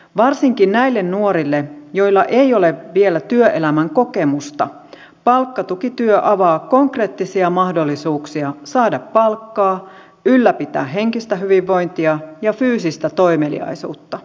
varsinkin näille nuorille joilla ei ole vielä työelämän kokemusta palkkatukityö avaa konkreettisia mahdollisuuksia saada palkkaa ylläpitää henkistä hyvinvointia ja fyysistä toimeliaisuutta